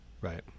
Right